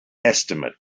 estimate